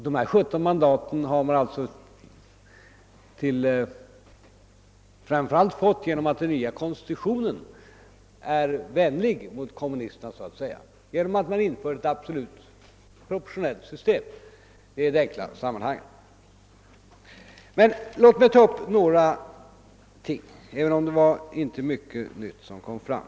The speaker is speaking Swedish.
Dessa 17 mandat har kommunisterna fått framför allt till följd av att den nya konstitutionen är »vänlig» mot kommunisterna eftersom man har infört ett absolut proportionellt system. Det är den enkla förklaringen. Låt mig ta upp några av replikerna, även om det inte var mycket nytt som kom fram.